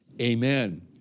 Amen